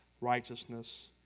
righteousness